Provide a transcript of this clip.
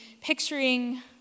picturing